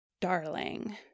darling